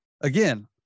again